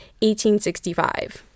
1865